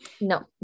no